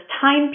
time